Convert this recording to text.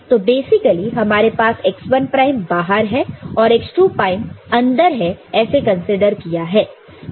तो बेसिकली हमारे पास x1 प्राइम बाहर है और x2 प्राइम अंदर है ऐसे कंसीडर किया है